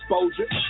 exposure